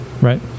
right